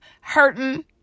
hurting